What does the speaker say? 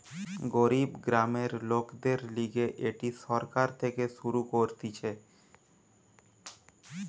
গরিব গ্রামের লোকদের লিগে এটি সরকার থেকে শুরু করতিছে